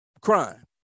Crime